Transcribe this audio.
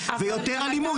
התנגדות, ויותר אלימות.